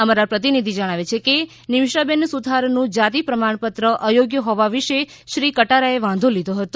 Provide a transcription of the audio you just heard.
અમારા પ્રતિનિધિ જણાવે છે કે નીમીષાબેન સુથારનું જાતિ પ્રમાણપત્ર અયોગ્ય હોવા વિ શે શ્રી કટારાએ વાંધો લીધો હતો